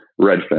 Redfin